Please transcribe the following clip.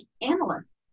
analysts